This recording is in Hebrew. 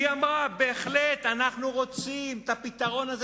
היא אמרה: בהחלט אנחנו רוצים את הפתרון הזה,